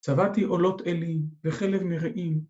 שבעתי עולות אילים וחלב מריאים